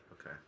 Okay